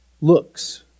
looks